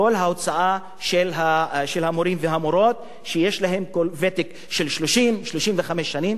ההוצאה של המורים והמורות שיש להם ותק של 35-30 שנים.